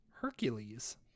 Hercules